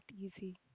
easy